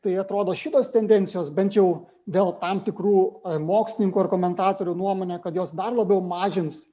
tai atrodo šitos tendencijos bent jau dėl tam tikrų mokslininkų ar komentatorių nuomone kad jos dar labiau mažins